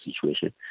situation